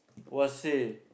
!wahseh!